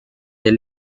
des